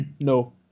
No